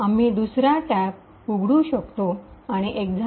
आम्ही दुसरा टॅब उघडू शकतो आणि example1